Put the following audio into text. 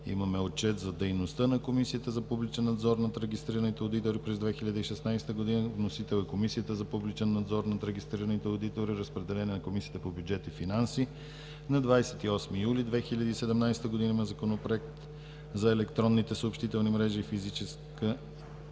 имаме Отчет за дейността на Комисията за публичен надзор над регистрираните одитори през 2016 г. Вносител е Комисията за публичен надзор над регистрираните одитори. Разпределен е на Комисията по бюджет и финанси на 28 юли 2017 г. Законопроект за електронните съобщителни мрежи и физическа